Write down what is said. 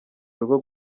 urugero